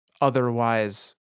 otherwise